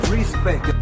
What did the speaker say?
Respect